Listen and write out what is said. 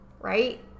Right